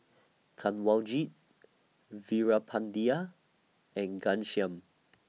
Kanwaljit Veerapandiya and Ghanshyam